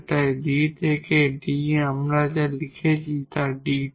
এবং D থেকে D যা আমরা এখানে লিখছি 𝐷 2